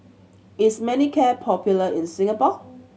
is Manicare popular in Singapore